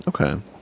okay